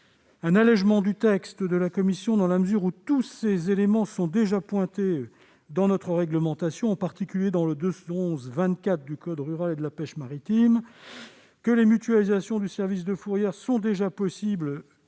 à alléger le texte de la commission, dans la mesure où tous ces éléments sont déjà pointés dans notre réglementation, en particulier dans l'article L. 211-24 du code rural et de la pêche maritime, par lequel les mutualisations du service de fourrière sont déjà possibles,